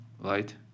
right